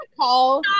call